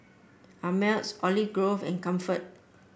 Ameltz Olive Grove and Comfort